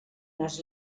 unes